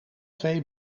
twee